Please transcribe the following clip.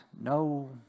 No